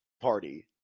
party